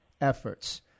efforts